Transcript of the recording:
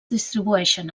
distribueixen